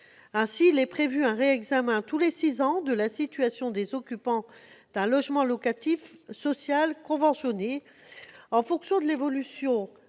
Ainsi, il est envisagé un réexamen tous les six ans de la situation des occupants d'un logement locatif social conventionné, en fonction de l'évolution de leur